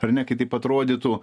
ar ne kitaip atrodytų